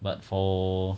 but for